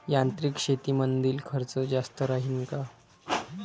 यांत्रिक शेतीमंदील खर्च जास्त राहीन का?